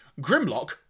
Grimlock